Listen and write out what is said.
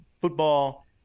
football